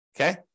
Okay